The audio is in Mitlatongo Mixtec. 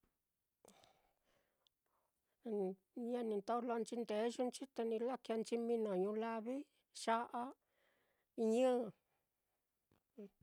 ni ñeni ndojlonchi ndeyunchi te ni lakēēnchi mino ñulavi, ya'a, ñɨ.